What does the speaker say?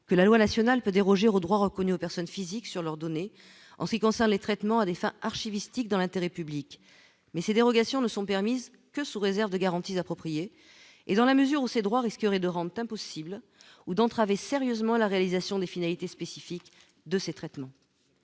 que la loi nationale peut déroger au droit reconnu aux personnes physiques sur leur donner en ce qui concerne les traitements à des fins archiviste hic dans l'intérêt public, mais ces dérogations ne sont permises que sous réserve de garanties appropriées et dans la mesure où ces droits risquerait de rendent impossible ou d'entraver sérieusement la réalisation des finalités spécifiques de ces traitements,